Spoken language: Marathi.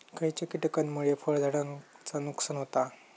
खयच्या किटकांमुळे फळझाडांचा नुकसान होता?